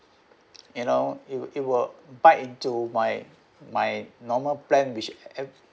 you know it will it will bite into my my normal plan which I